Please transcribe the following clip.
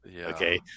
Okay